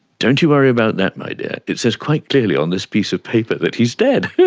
don't you worry about that my dear, it says quite clearly on this piece of paper that he's dead. yeah